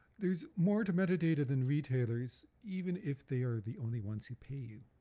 there's more to metadata than retailers even if they are the only ones who pay you.